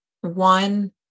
one